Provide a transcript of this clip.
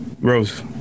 Rose